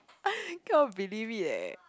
cannot believe it leh